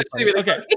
Okay